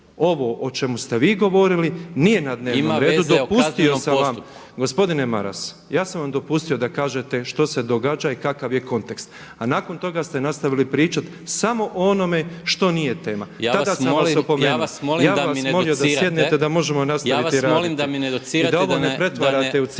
Ovo o čemu ste vi govorili nije na dnevnom redu, dopustio sam vam … /Upadica se ne razumije. Gospodine Maras ja sam vam dopustio da kažete što se događa i kakav je kontekst a nakon toga ste nastavili pričati samo o onome što nije tema, tada sam vas opomenuo. **Maras, Gordan (SDP)** Ja vas molim da mi ne docirate.